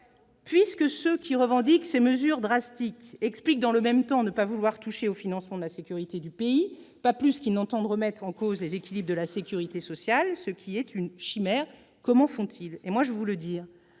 Puisque ceux qui revendiquent ces mesures drastiques d'économies expliquent dans le même temps ne pas vouloir toucher au financement de la sécurité du pays, pas plus qu'ils n'entendent remettre en cause les équilibres de la sécurité sociale, ce qui est une chimère, comment font-ils ?